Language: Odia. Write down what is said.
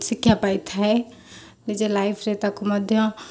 ଶିକ୍ଷା ପାଇଥାଏ ନିଜ ଲାଇଫରେ ତାକୁ ମଧ୍ୟ